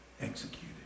executed